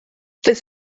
this